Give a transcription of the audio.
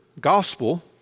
gospel